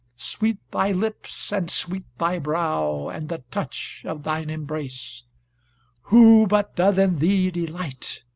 sweet thy lips and sweet thy brow, and the touch of thine embrace who but doth in thee delight?